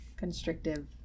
constrictive